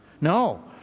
No